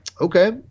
okay